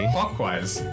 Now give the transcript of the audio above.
Clockwise